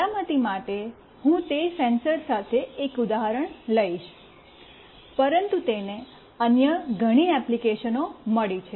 સલામતી માટે હું તે સેન્સર સાથે એક ઉદાહરણ લઈશ પરંતુ તેને અન્ય ઘણી એપ્લિકેશનો મળી છે